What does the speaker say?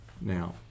now